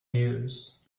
news